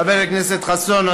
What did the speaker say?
חבר הכנסת חסון,